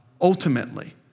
ultimately